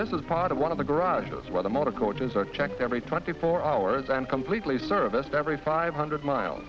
this is part of one of the garages where the motor coaches are checked every twenty four hours and completely serviced every five hundred miles